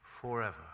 forever